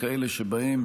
וכאלה שבהם